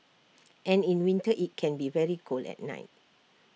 and in winter IT can be very cold at night